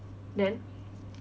then